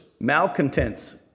malcontents